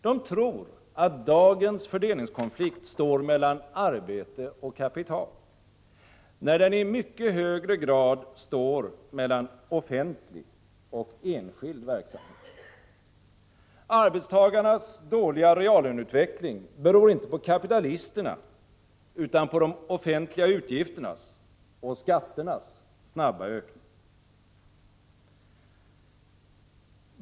De tror att dagens fördelningskonflikt står mellan arbete och kapital, när den i mycket högre grad står mellan offentlig och enskild verksamhet. Arbetstagarnas dåliga reallöneutveckling beror inte på kapitalisterna utan på de offentliga utgifternas och skatternas snabba ökning.